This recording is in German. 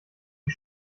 die